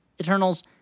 Eternals